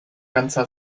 ganzer